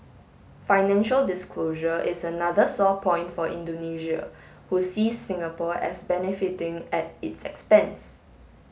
financial disclosure is another sore point for Indonesia who sees Singapore as benefiting at its expense